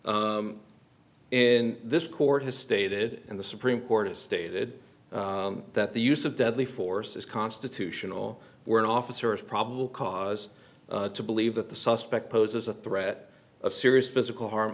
'm in this court has stated in the supreme court has stated that the use of deadly force is constitutional when officers probable cause to believe that the suspect poses a threat of serious physical harm